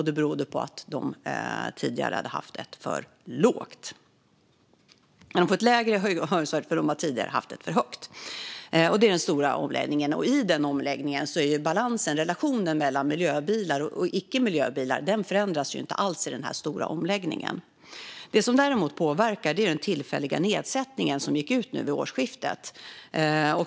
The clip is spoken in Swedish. Det beror på att de tidigare hade haft ett alltför högt förmånsvärde. Detta är den stora omläggningen. I denna omläggning förändras inte alls balansen och relationen mellan miljöbilar och icke-miljöbilar. Det som däremot påverkar är den tillfälliga nedsättning som gick ut nu vid årsskiftet.